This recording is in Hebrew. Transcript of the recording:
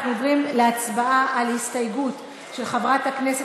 אנחנו עוברים להצבעה על הסתייגות של חברת הכנסת